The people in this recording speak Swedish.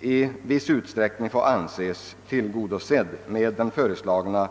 i viss utsträckning får anses tillgodosett genom detta förslag.